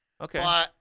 Okay